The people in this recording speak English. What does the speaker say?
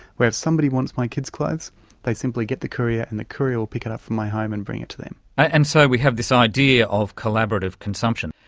where if somebody wants my kids clothes they simply get the courier and the courier will pick it up from my home and bring it to them. and so we have this idea of collaborative consumption.